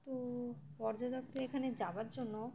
তো পর্যটকদের এখানে যাওয়ার জন্য